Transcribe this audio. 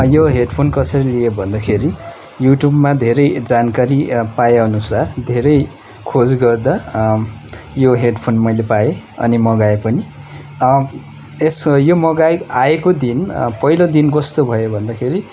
यो हेडफोन कसरी लिएँ भन्दाखेरि युट्युबमा धेरै जानकारी पाएँ अनुसार धेरै खोज गर्दा यो हेडफोन मैले पाएँ अनि मगाएँ पनि यस यो मगाएँ आएको दिन पहिलो दिन कस्तो भयो भन्दाखेरि